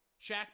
Shaq